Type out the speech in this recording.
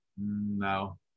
no